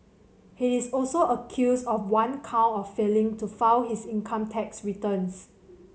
he is also accused of one count of failing to file his income tax returns